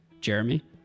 Jeremy